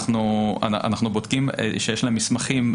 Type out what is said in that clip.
אנחנו בודקים שיש להם מסמכים,